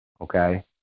okay